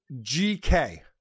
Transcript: GK